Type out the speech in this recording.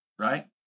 Right